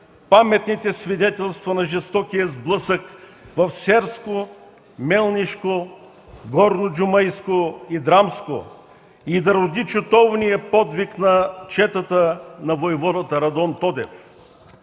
паметните свидетелства на жестокия сблъсък в Серско, Мелнишко, Горноджумайско и Драмско и да роди чутовния подвиг на четата на войводата Радон Тодев.